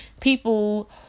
People